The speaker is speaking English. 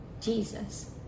Jesus